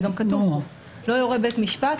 וגם כתוב פה: לא יורה בית משפט,